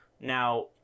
Now